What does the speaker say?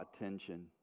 attention